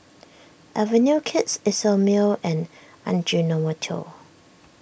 Avenue Kids Isomil and Ajinomoto